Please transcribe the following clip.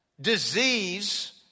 disease